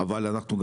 אבל אנחנו,